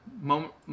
moment